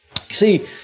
See